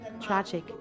tragic